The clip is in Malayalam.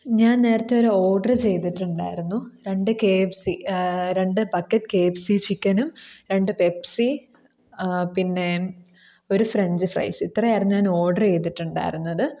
ഞാൻ നേരത്തെ ഒരു ഓഡറ് ചെയ്തിട്ടുണ്ടായിരുന്നു രണ്ട് കെ എഫ് സി രണ്ട് ബക്കറ്റ് കെ എഫ് സി ചിക്കനും രണ്ട് പെപ്സി പിന്നെ ഒരു ഫ്രഞ്ച് ഫ്രൈസ് ഇത്ര ആയിരുന്നു ഞാൻ ഓർഡർ ചെയ്തിട്ടുണ്ടായിരുന്നത്